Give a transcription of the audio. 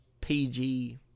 PG